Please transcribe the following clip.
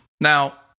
Now